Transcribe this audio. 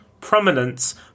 prominence